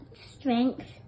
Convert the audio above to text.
strength